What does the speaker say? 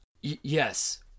Yes